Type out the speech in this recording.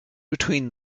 between